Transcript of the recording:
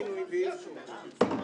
הישיבה